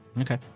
Okay